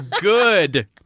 Good